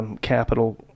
capital